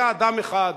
היה אדם אחד,